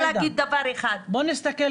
בואי נסתכל קדימה.